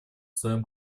своем